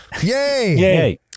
Yay